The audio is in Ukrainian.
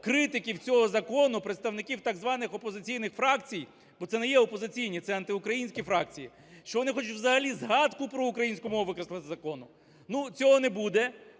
критиків цього закону, представників так званих опозиційний фракцій, бо це не є опозиційні, це – антиукраїнські фракції, що вони хочуть взагалі згадку про українську мову викреслити із закону. Ну, цього не буде,